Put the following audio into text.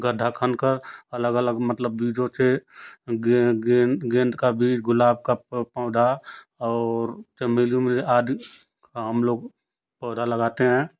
गड्ढा खन कर अलग अलग कर मतलब बीजों से गेंद का बीज गुलाब का पौ पौधा और चमेली उमेली आदि का हम लोग पौधा लगाते हैं